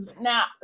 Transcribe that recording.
now